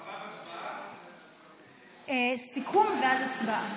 אחריו סיכום, ואז הצבעה.